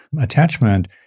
attachment